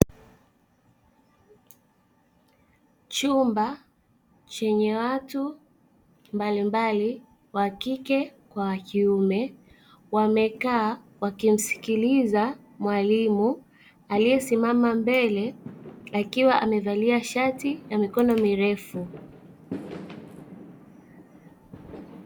Chumba chenye watu mbalimbali wa kike kwa kiume wamekaa wakimsikiliza mwalimu aliyesimama mbele akiwa amevalia shati ya mikono mirefu.